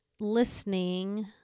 listening